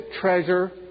treasure